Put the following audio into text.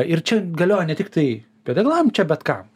ir čia galioja ne tik tai biodegalam čia bet kam